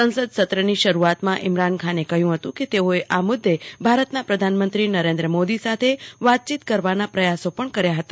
સંસદસત્રની શરૂઆતમાં ઇમરાન ખાને કહ્યું જેતેઓએ આ મુદે ભારતના પ્રધાનમંત્રી નરેન્દ્ર મોદી સાથે વાતચીત કરવાના પ્રયાસો પણ કર્યા હતા